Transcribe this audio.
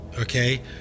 okay